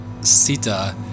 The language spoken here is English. Sita